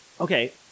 Okay